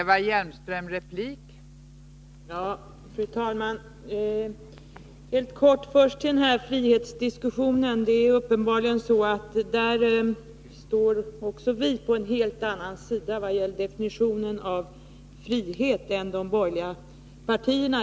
Fru talman! Först helt kort något beträffande den här frihetsdiskussionen. Uppenbarligen står också vi på en helt annan sida vad gäller definitionen av frihet än de borgerliga partierna.